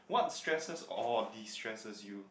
what stresses or destresses you